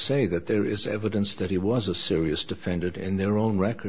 say that there is evidence that he was a serious defended in their own record